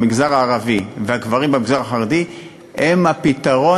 במגזר הערבי והגברים במגזר החרדי הם הפתרון,